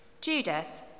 Judas